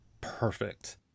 perfect